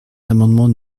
l’amendement